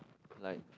like